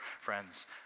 Friends